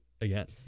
again